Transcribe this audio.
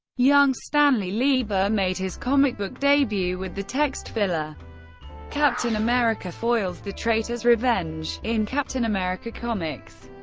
young stanley lieber made his comic-book debut with the text filler captain america foils the traitor's revenge in captain america comics,